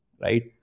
right